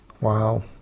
Wow